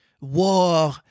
War